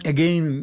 Again